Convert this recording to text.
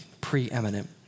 preeminent